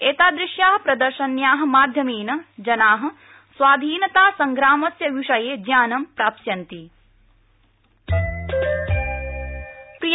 एतादृश्या प्रदर्शन्या माध्यमेन जना स्वाधीनता संग्रामस्य विषये ज्ञानं प्राप्स्यन्ति